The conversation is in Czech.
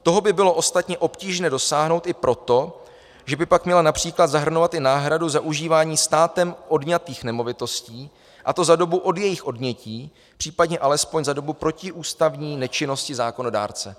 Toho by bylo ostatně obtížné dosáhnout i proto, že by pak měla například zahrnovat i náhradu za užívání státem odňatých nemovitostí, a to za dobu od jejich odnětí, případně alespoň za dobu protiústavní nečinnosti zákonodárce.